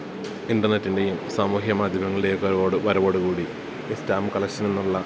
ഇൻ്റർനെറ്റിൻറ്റേയും സാമൂഹ്യ മാദ്ധ്യമങ്ങളുടെ ഒക്കെ ഒരുപാട് വരവോട് കൂടി ഈ സ്റ്റാമ്പ് കളഷൻ എന്നുള്ള